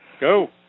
Go